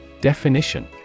Definition